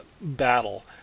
battle